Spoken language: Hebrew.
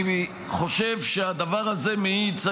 אני חושב שהדבר הזה מעיד,